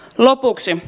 lopuksi